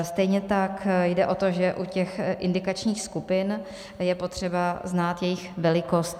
Stejně tak jde o to, že u těch indikačních skupin je potřeba znát jejich velikost.